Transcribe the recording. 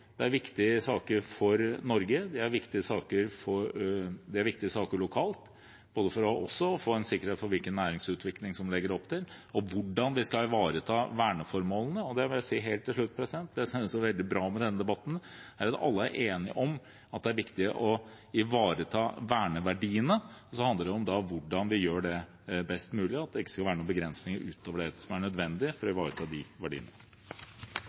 sikkerhet for hvilken næringsutvikling det legges opp til, og for hvordan vi skal ivareta verneformålene. Helt til slutt må jeg si: Det jeg synes er veldig bra med denne debatten, er at alle er enige om at det er viktig å ivareta verneverdiene, og så handler det om hvordan vi gjør det best mulig, og at det ikke skal være noen begrensninger ut over det som er nødvendig, for å ivareta de verdiene.